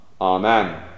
Amen